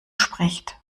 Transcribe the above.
spricht